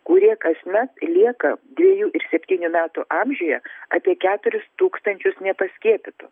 kurie kasmet lieka dviejų ir septynių metų amžiuje apie keturis tūkstančius nepaskiepytų